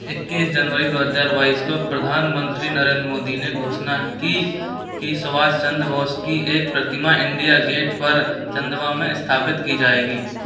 इक्कीस जनवरी दो हज़ार बाईस को प्रधानमंत्री नरेंद्र मोदी ने घोषणा की कि सुभाष चंद्र बोस की एक प्रतिमा इंडिया गेट पर चंदवा में स्थापित की जाएगी